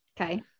Okay